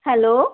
hello